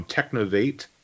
Technovate